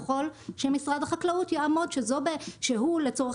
ככל שמשרד החקלאות יעמוד שהוא לצורך